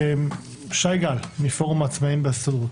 שי גל, פורום העצמאיים בהסתדרות.